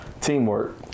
teamwork